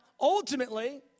ultimately